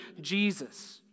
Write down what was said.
Jesus